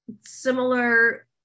Similar